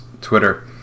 Twitter